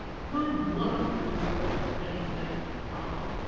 not one of you is good for anything at all!